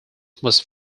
was